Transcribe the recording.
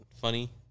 funny